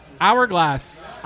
Hourglass